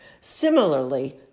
Similarly